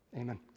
Amen